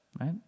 right